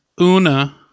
Una